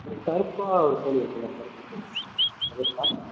இல்லை கருப்பாக ஒரு கோழி இருக்குல்ல கருப்பு கோழி அது இருக்கா